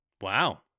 Wow